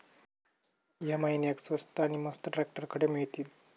या महिन्याक स्वस्त नी मस्त ट्रॅक्टर खडे मिळतीत?